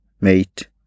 mate